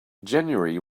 january